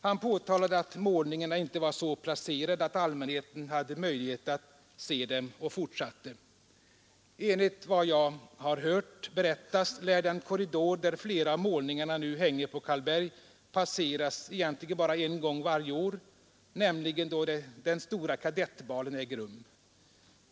Han påtalade att målningarna var så placerade att allmänheten nu inte hade möjlighet att se dem och fortsatte: ”Enligt vad jag har hört berättas lär den korridor, där flera av målningarna nu hänger på Karlberg, passeras egentligen bara en gång varje år, nämligen då den stora kadettbalen äger rum.